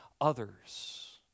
others